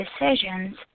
decisions